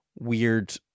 weird